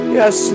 yes